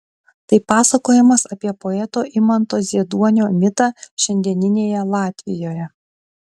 tai pasakojimas apie poeto imanto zieduonio mitą šiandieninėje latvijoje